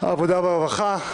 העבודה והרווחה?